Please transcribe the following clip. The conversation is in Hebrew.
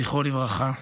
זכרו לברכה.